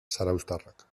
zarauztartuak